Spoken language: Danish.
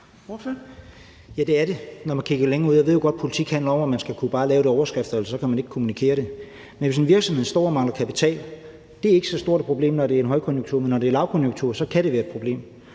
(DF): Ja, det er det, når man kigger længere ud. Jeg ved jo godt, politik handler om, at man bare skal kunne lave det i overskrifter, for ellers kan man ikke kommunikere det, men hvis en virksomhed står og mangler kapital, er det ikke så stort et problem, når der er højkonjunktur, men når der er lavkonjunktur, kan det være et problem.